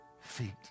feet